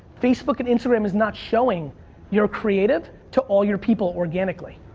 facebook and instagram is not showing your creative to all your people organically.